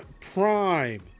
Prime